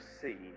see